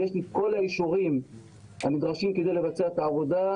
ויש לי כל האישורים הנדרשים כדי לבצע את העבודה,